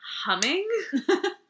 humming